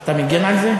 אתה מגן על זה?